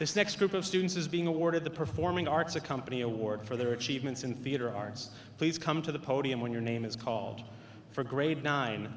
this next group of students is being awarded the performing arts a company award for their achievements in theatre arts please come to the podium when your name is called for grade nine